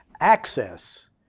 access